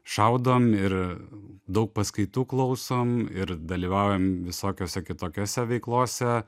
šaudom ir daug paskaitų klausom ir dalyvaujam visokiose kitokiose veiklose